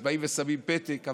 אז באים ושמים פתק,